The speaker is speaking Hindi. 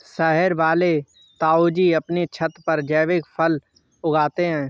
शहर वाले ताऊजी अपने छत पर जैविक फल उगाते हैं